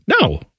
No